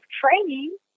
training